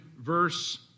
verse